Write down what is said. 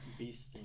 Beasting